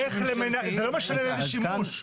לא משנה לאיזה שימוש.